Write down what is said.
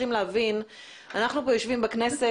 אנחנו כאן יושבים בכנסת,